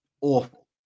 awful